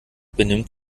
benimmt